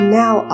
now